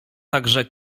także